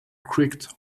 creaked